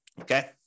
okay